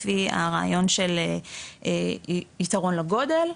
לפי הרעיון של יתרון לגודל,